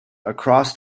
across